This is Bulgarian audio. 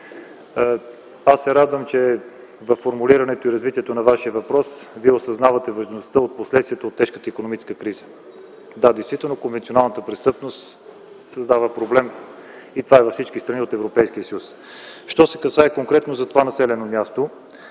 Аз се радвам, че във формулирането и развитието на Вашия въпрос Вие осъзнавате важността от последствията от тежката икономическа криза. Действително конвенционалната престъпност дава проблем и това е във всички страни от Европейския съюз. Що се касае конкретно за това населено място